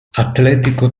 atletico